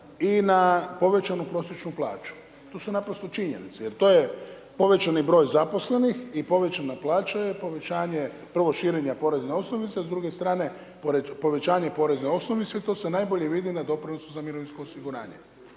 i na povećanu prosječnu plaću. To su naprosto činjenice, jer to je povećani broj zaposlenih i povećana plaća je povećanje prvo širenja porezne osnovice, a s druge strane pored povećanje porezne osnovice, to e najbolje vidi na doprinosu za mirovinsko osiguranje.